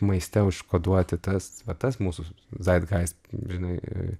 maiste užkoduoti tas va tas mūsų zaitgaist žinai